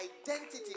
identity